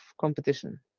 competition